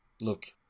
Look